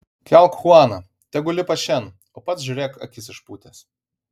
kelk chuaną tegu lipa šen o pats žiūrėk akis išpūtęs